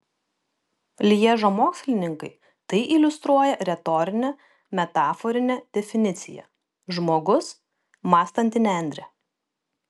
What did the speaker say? lježo mokslininkai tai iliustruoja retorine metaforine definicija žmogus mąstanti nendrė